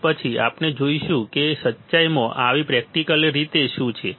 અને પછી આપણે જોઈશું કે સચ્ચાઈમાં અથવા પ્રેક્ટિકલી રીતે શું છે